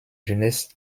jeunesse